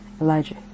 Elijah